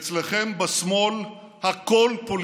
אצלכם בשמאל הכול פוליטי,